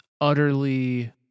utterly